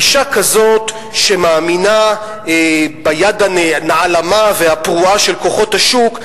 גישה כזאת שמאמינה ביד הנעלמה והפרועה של כוחות השוק,